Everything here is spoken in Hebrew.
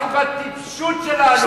אנחנו בטיפשות שלנו,